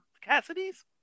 Cassidy's